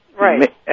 Right